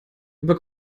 über